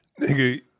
Nigga